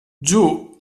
giù